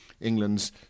England's